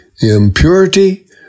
impurity